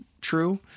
true